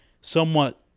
somewhat